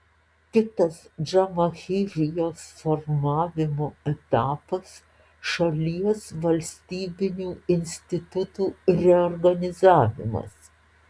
kitas džamahirijos formavimo etapas šalies valstybinių institutų reorganizavimas